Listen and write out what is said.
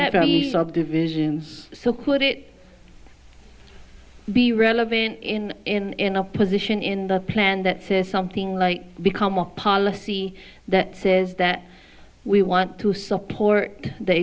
subdivisions so could it be relevant in in in a position in the plan that says something like become a policy that says that we want to support the